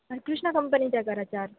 अर कृष्णा कंपनीच्या करा चार